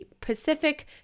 Pacific